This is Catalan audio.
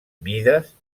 mides